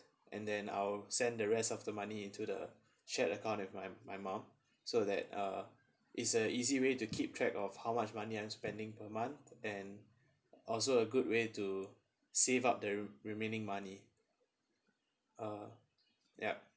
and then I'll send the rest of the money into the shared account with my my mom so that uh it's a easy way to keep track of how much money I'm spending per month and also a good way to save up the remaining money uh yup